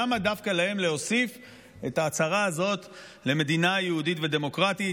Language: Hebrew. למה דווקא להם להוסיף את ההצהרה הזאת למדינה יהודית ודמוקרטית?